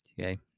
Okay